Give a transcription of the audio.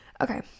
Okay